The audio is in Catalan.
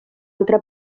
altra